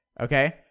Okay